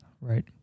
right